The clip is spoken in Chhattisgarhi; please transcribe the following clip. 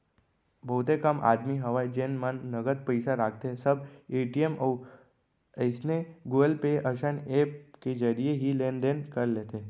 बहुते कम आदमी हवय जेन मन नगद पइसा राखथें सब ए.टी.एम अउ अइसने गुगल पे असन ऐप के जरिए ही लेन देन कर लेथे